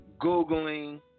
googling